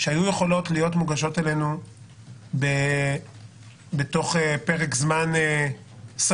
שהיו יכולות להיות מוגשות לנו בתוך פרק זמן סביר